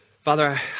Father